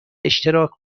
اشتراک